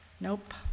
Nope